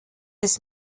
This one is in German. des